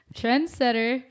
trendsetter